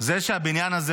זה שהבניין הזה,